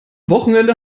wochenende